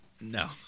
No